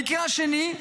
המקרה השני,